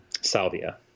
salvia